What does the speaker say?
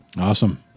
Awesome